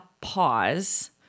pause